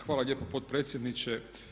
Hvala lijepo potpredsjedniče.